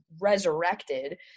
resurrected